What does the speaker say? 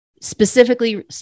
specifically